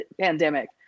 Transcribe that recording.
pandemic